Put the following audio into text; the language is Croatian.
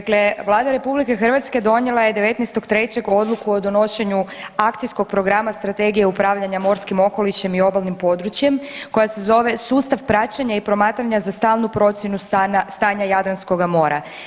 Dakle, Vlada RH donijela je 19.3. odluku o donošenju Akcijskog programa Strategije upravljanja morskim okolišem i obalnim područjem koja se zove Sustav praćenja i promatranja za stalnu procjenu stanja Jadranskoga mora.